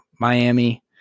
Miami